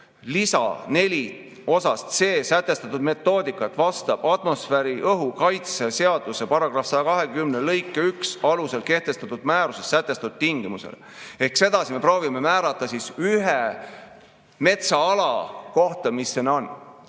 lisa 4 osas C sätestatud metoodikat, vastab atmosfääriõhu kaitse seaduse § 120 lõike 1 alusel kehtestatud määruses sätestatud tingimustele."Ehk sedasi me proovime määrata ühe metsaala kohta, mis siin on.